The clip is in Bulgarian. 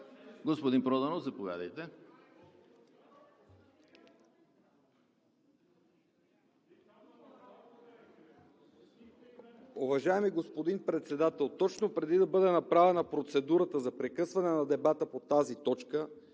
Господин Проданов, заповядайте.